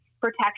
Protection